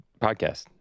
podcast